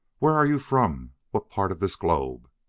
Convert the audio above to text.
where are you from what part of this globe.